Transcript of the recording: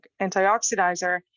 antioxidizer